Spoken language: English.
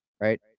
right